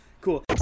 Cool